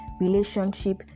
relationship